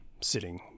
sitting